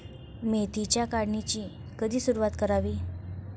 मेथीच्या काढणीची कधी सुरूवात करावी?